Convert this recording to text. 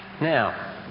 Now